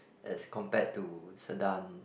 as compared to Sedan